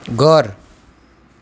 ઘર